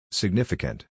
significant